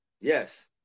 Yes